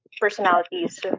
personalities